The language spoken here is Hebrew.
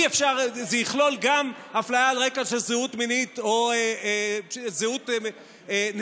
זה יכלול גם אפליה על רקע של נטייה מינית או זהות מגדרית.